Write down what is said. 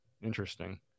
interesting